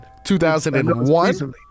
2001